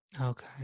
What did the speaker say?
Okay